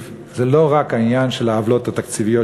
זה לא רק העניין של העוולות התקציביות,